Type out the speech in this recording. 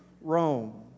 Rome